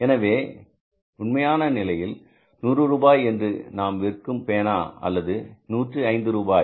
எனவே உண்மையான விலையில் 100 ரூபாய் என்று நாம் விற்கும் பேனா அல்லது 105 ரூபாய்